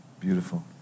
Beautiful